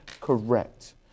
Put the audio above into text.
Correct